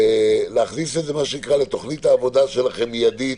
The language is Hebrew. להכניס את זה לתוכנית העבודה שלכם מיידית